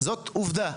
זאת עובדה.